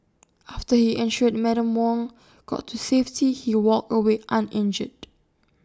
after he ensured Madam Wong got to safety he walked away uninjured